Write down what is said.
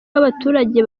w’abaturage